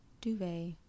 duvet